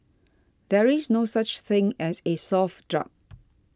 there is no such thing as a soft drug